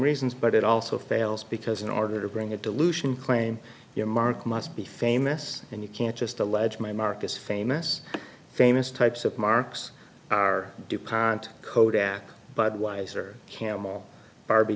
reasons but it also fails because in order to bring a dilution claim your mark must be famous and you can't just allege my marcus famous famous types of marks are dupont kodak budweiser camel barbie